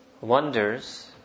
wonders